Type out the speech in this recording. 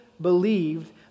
believed